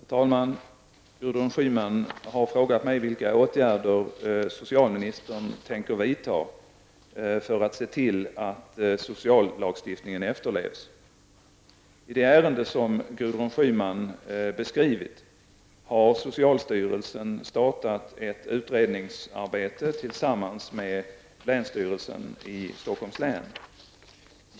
Herr talman! Gudrun Schyman har frågat mig vilka åtgärder socialministern tänker vidta för att se till att sociallagstiftningen efterlevs. I det ärende som Gudrun Schyman beskrivit har socialstyrelsen startat ett utredningsarbete tillsammans med länsstyrelsen i Stockholms län.